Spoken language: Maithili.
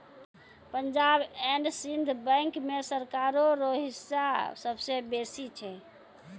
पंजाब एंड सिंध बैंक मे सरकारो रो हिस्सा सबसे बेसी छै